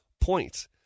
points